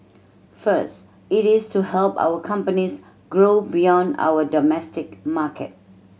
first it is to help our companies grow beyond our domestic market